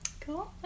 cool